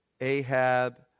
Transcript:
Ahab